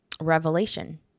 revelation